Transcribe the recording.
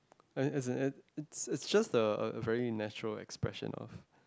as in as in it it's just a very natural expression of